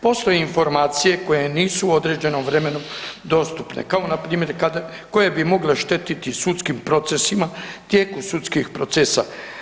Postoje informacije koje nisu u određenom vremenu dostupne kao npr. koje bi mogle štetiti sudskim procesima, tijeku sudskih procesa.